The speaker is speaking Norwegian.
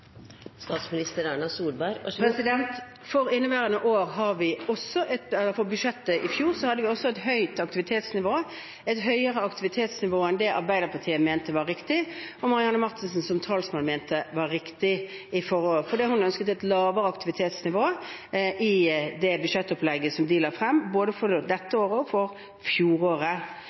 For budsjettet i fjor hadde vi også et høyt aktivitetsnivå – et høyere aktivitetsnivå enn det Arbeiderpartiet mente var riktig, og høyere enn det Marianne Marthinsen som talsmann mente var riktig forrige år. Hun ønsket et lavere aktivitetsnivå i det budsjettopplegget de la frem, både for dette året og for fjoråret.